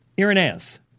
Irenaeus